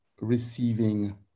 receiving